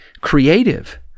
creative